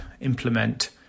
implement